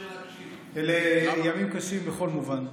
אלה ימים קשים בכל מובן.